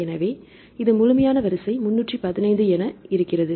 எனவே இது முழுமையான வரிசை 315 என இருக்கிறது